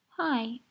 Hi